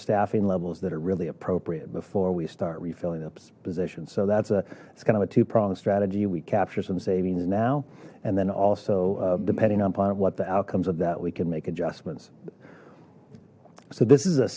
staffing levels that are really appropriate before we start refilling of positions so that's a it's kind of a two pronged strategy we capture some savings now and then also depending on upon what the outcomes of that we can make adjustments so this is a